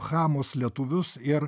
chamus lietuvius ir